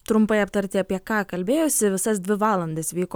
trumpai aptarti apie ką kalbėjosi visas dvi valandas vyko